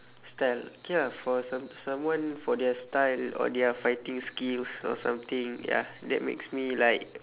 style K ah for some someone for their style or their fighting skills or something ya that makes me like